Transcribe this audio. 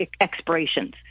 expirations